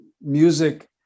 music